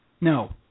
No